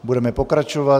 Budeme pokračovat.